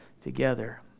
together